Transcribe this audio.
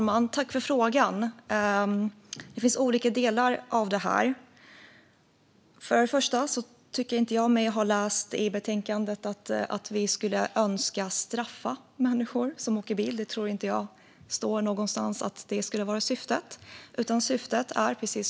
Fru talman! Det finns olika delar av det här. För det första tycker jag mig inte ha läst i betänkandet att vi skulle önska straffa människor som åker bil. Jag tror inte att det står någonstans att det skulle vara syftet med det nya systemet.